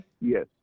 Yes